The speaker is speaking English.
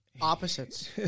Opposites